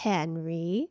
Henry 。